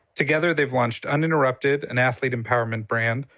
together they've launched uninterrupted, an athlete empowerment brand,